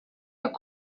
kandi